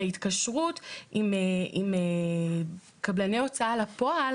בהתקשרות עם קבלני הוצאה לפועל,